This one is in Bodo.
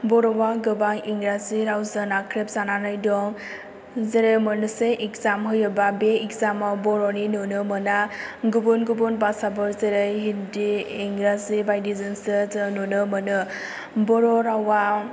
बर'आ गोबां इंराजि रावजों नाख्रेब जानानै दं जेरै मोनसे इगजाम होयोबा बे इगजामाव बर'नि नुनो मोना गुबुन गुबुन बासाफोर जेरै हिन्दि इंराजि बायदिजोंसो जों नुनो मोनो बर' रावा